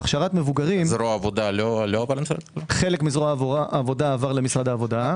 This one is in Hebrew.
חלק מזרוע העבודה עבר למשרד העבודה.